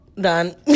Done